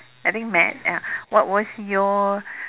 I think mad ya what was your